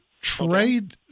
trade